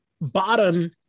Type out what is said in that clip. bottom